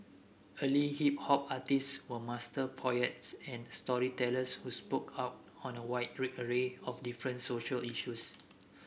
early hip hop artists were master poets and storytellers who spoke out on a wide array of different social issues